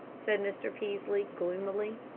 said mr. peaslee, gloomily.